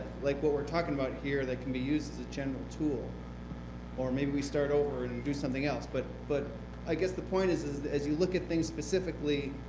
like what we are talking about here that can be used general tool or maybe we start over and and do something else, but but i guess the point is is as you look at things specifically,